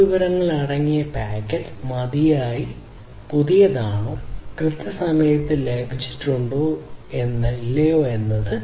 ആ വിവരങ്ങൾ അടങ്ങിയ പാക്കറ്റ് മതിയായ പുതിയതാണോ കൃത്യസമയത്ത് ഡാറ്റ ലഭിച്ചിട്ടുണ്ടോ ഇല്ലയോ എന്നത്